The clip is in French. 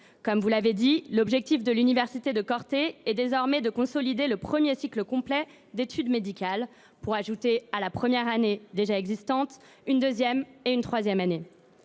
Vous l’avez dit, l’objectif de l’université de Corte est désormais de consolider le premier cycle complet d’études médicales, pour ajouter à la première année déjà existante une deuxième et une troisième année.